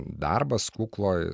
darbas kukloj